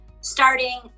starting